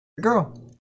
Girl